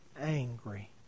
angry